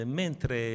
mentre